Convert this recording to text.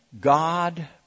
God